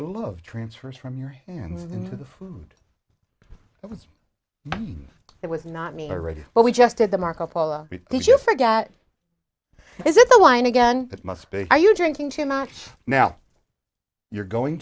love transfers from your hands into the food that was it was not me ready but we just did the marco polo did you forget is it the wine again that must be are you drinking too much now you're going